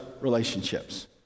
relationships